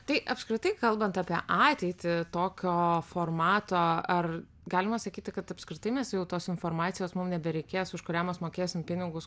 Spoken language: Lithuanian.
tai apskritai kalbant apie ateitį tokio formato ar galima sakyti kad apskritai mes jau tos informacijos mum nebereikės už kurią mes mokėsim pinigus